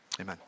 amen